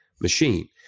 machine